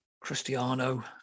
Cristiano